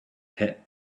pit